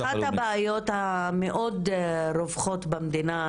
אחת הבעיות המאוד רווחות במדינה,